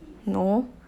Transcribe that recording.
no